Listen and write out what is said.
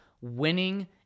winning